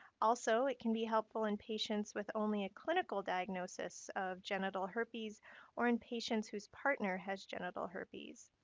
also, it can be helpful in patients with only a clinical diagnosis of genital herpes or in patients whose partner has genital herpes.